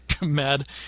mad